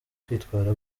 kwitwara